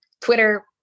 Twitter